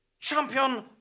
champion